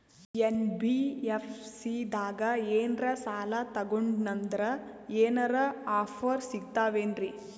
NBFC ದಾಗ ಏನ್ರ ಸಾಲ ತೊಗೊಂಡ್ನಂದರ ಏನರ ಆಫರ್ ಸಿಗ್ತಾವೇನ್ರಿ?